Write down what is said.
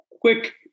quick